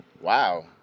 Wow